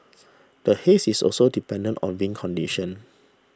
the haze is also dependent on wind conditions